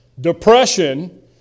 depression